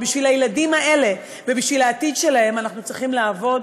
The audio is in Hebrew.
בשביל הילדים האלה ובשביל העתיד שלהם אנחנו צריכים לעבוד,